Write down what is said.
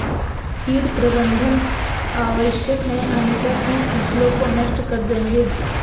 कीट प्रबंधन आवश्यक है अन्यथा कीट फसलों को नष्ट कर देंगे